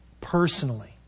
personally